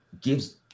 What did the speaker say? gives